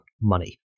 money